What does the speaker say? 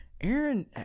Aaron